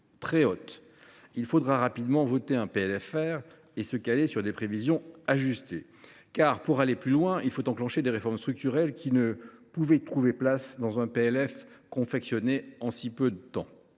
très haute. Il faudra rapidement voter un PLFR et se caler sur des prévisions ajustées. Pour aller plus loin, en effet, nous devrons enclencher des réformes structurelles qui ne pouvaient trouver place dans un PLF confectionné en si peu de temps.